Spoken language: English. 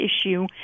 issue